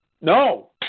no